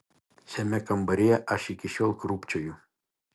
šiame kambaryje aš iki šiol krūpčioju